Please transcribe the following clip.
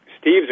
Steve's